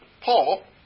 Paul